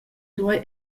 duei